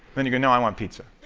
then you go, no, i want pizza.